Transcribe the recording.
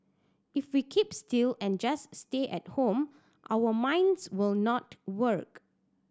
if we keep still and just stay at home our minds will not work